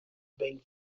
being